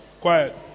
Quiet